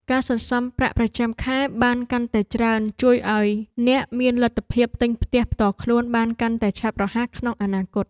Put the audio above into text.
ការសន្សំប្រាក់ប្រចាំខែបានកាន់តែច្រើនជួយឱ្យអ្នកមានលទ្ធភាពទិញផ្ទះផ្ទាល់ខ្លួនបានកាន់តែឆាប់រហ័សក្នុងអនាគត។